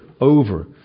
over